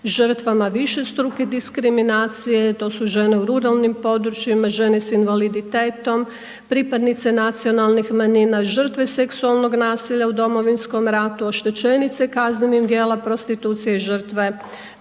žrtvama višestruke diskriminacije a to su žene u ruralnim područjima, žene sa invaliditetom, pripadnice nacionalnih manjina, žrtve seksualnog nasilja u Domovinsko, ratu, oštećenice kaznenog djela prostitucije i žrtve